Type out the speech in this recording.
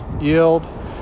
yield